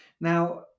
Now